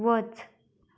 वच